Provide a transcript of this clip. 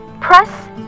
press